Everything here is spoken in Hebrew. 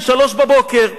ב-03:00-02:00,